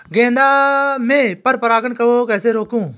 गेंदा में पर परागन को कैसे रोकुं?